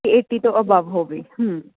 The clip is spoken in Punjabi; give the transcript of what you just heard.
ਏਟੀ ਤੋਂ ਅਬਵ ਹੋਵੇ ਹਮ